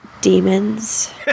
demons